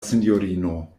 sinjorino